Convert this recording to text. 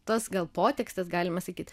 tas gal potekstes galima sakyt